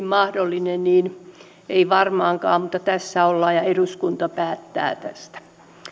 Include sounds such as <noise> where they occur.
<unintelligible> mahdollinen kympin suoritus ei varmaankaan mutta tässä ollaan ja eduskunta päättää tästä